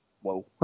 whoa